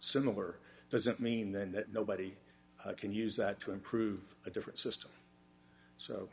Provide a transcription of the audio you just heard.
similar doesn't mean then that nobody can use that to improve a different system so